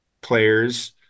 players